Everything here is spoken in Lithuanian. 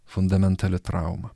fundamentali trauma